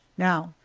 now,